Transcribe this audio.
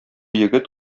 егет